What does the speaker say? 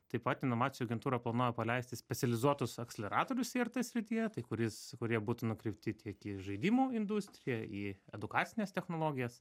taip pat inovacijų agentūra planuoja paleisti specializuotus akseleratorius irt srityje tai kuris kurie būtų nukreipti tiek į žaidimų industriją į edukacines technologijas